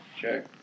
check